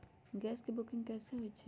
Gas के booking कैसे होईछई?